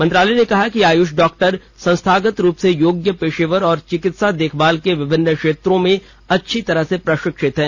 मंत्रालय ने कहा है कि आयुष डॉक्टर संस्थागत रूप से योग्य पेशेवर और चिकित्सा देखभाल के विभिन्न क्षेत्रों में अच्छी तरह प्रशिक्षित हैं